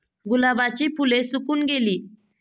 गुलाबाची फुले सुकून गेली